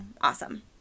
Awesome